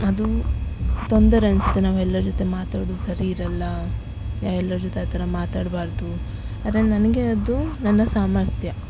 ಅದು ತೊಂದರೆ ಅನಿಸುತ್ತೆ ನಾವೆಲ್ಲರ್ ಜೊತೆ ಮಾತಾಡೋದ್ ಸರಿಯಿರೋಲ್ಲ ಎಲ್ಲರ್ ಜೊತೆ ಆ ಥರ ಮಾತಾಡಬಾರ್ದು ಆದರೆ ನನಗೆ ಅದು ನನ್ನ ಸಾಮರ್ಥ್ಯ